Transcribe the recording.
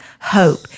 hope